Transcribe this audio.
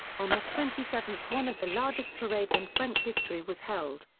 on the twenty seventh one of the largest parades in french history was held.